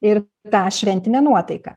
ir tą šventinę nuotaiką